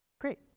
great